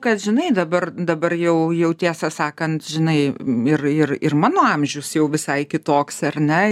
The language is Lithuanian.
kad žinai dabar dabar jau jau tiesą sakant žinai ir ir ir mano amžius jau visai kitoks ar ne